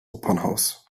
opernhaus